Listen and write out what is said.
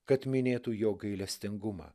kad minėtų jo gailestingumą